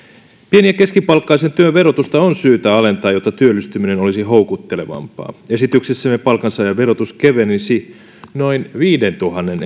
pieni ja keskipalkkaisen työn verotusta on syytä alentaa jotta työllistyminen olisi houkuttelevampaa esityksessämme palkansaajan verotus kevenisi noin viidentuhannen